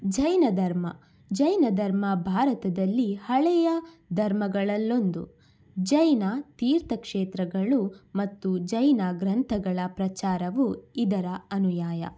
ಜೈನ ಧರ್ಮ ಜೈನ ಧರ್ಮ ಭಾರತದಲ್ಲಿ ಹಳೆಯ ಧರ್ಮಗಳಲ್ಲೊಂದು ಜೈನ ತೀರ್ಥಕ್ಷೇತ್ರಗಳು ಮತ್ತು ಜೈನ ಗ್ರಂಥಗಳ ಪ್ರಚಾರವು ಇದರ ಅನುಯಾಯ